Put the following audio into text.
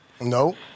No